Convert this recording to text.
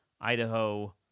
Idaho